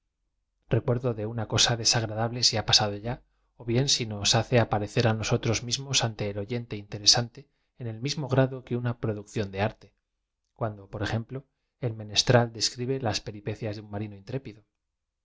recuerdo de una cosa desagradable si ha pasado ya ó bien si nos hace aparecer á nosotros mismos ante e l oyente interesante en el mismo grado que una producción de arte cuando por ejemplo el menestral describe las peripecias de un marino intrépido